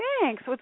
Thanks